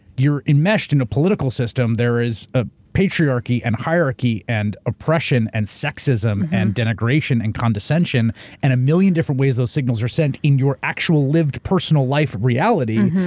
you're enmeshed in a political system, there is a patriarchy and hierarchy and oppression and sexism and denigration and condescension and a million different ways those signals are sent in your actual lived, personal life reality,